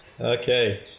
Okay